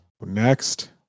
next